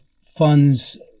funds